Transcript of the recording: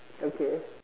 okay